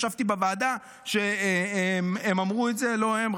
ישבתי בוועדה כשהם אמרו את זה לא הם,